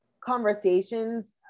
conversations